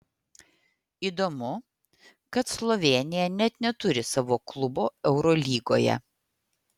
įdomu kad slovėnija net neturi savo klubo eurolygoje